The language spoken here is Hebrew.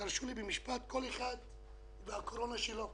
תרשו לי במשפט לומר: כל אחד והקורונה שלו.